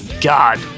god